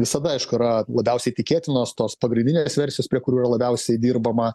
visada aišku yra labiausiai tikėtinos tos pagrindinės versijos prie kurių yra labiausiai dirbama